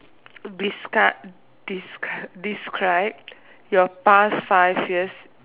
descri~ describe describe your past five years